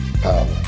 power